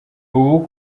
ubu